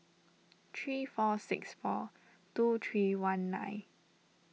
three four six four two three one nine